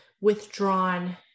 withdrawn